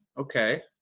okay